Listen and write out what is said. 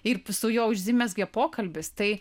ir su juo užsimezgė pokalbis tai